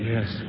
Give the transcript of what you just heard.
Yes